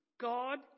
God